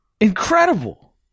Incredible